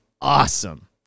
awesome